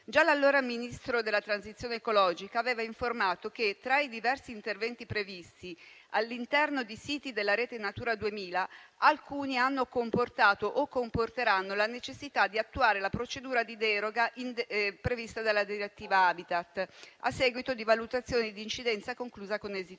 Già l'allora Ministro della transizione ecologica aveva informato che, tra i diversi interventi previsti all'interno di siti della rete Natura 2000, alcuni hanno comportato o comporteranno la necessità di attuare la procedura di deroga prevista dalla direttiva *habitat*, a seguito di valutazione di incidenza conclusa con esito